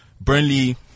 Burnley